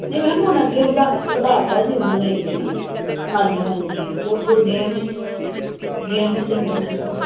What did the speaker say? ਨਹੀਂ ਮੈਮ ਹੁਣ ਅੱਗੇ ਵਧਾ ਵਧਾ ਤਾ ਜੀ ਉਹਨਾਂ ਨੇ ਅੱਗੇ ਨਾ ਹਾਂਜੀ ਹਾਂਜੀ ਉਹ ਅੱਗੇ J M S J M S international